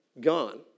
gone